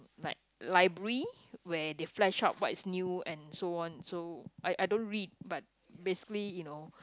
like library where they flash out what is new and so on so I I don't read but basically you know